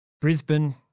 Brisbane